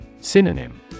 Synonym